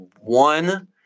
one